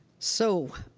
so,